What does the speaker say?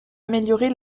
améliorer